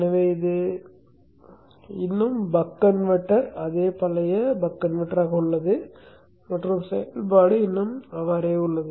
எனவே இது இன்னும் பக் கன்வெர்ட்டர் அதே பழைய பக் கன்வெர்ட்டராக உள்ளது மற்றும் செயல்பாடு இன்னும் அப்படியே உள்ளது